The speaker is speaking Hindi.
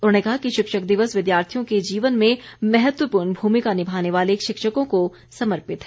उन्होंने कहा कि शिक्षक दिवस विद्यार्थियों के जीवन में महत्वपूर्ण भूमिका निभाने वाले शिक्षकों को समर्पित है